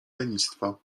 lenistwa